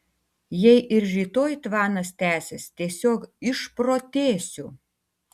jei ir rytoj tvanas tęsis tiesiog išprotėsiu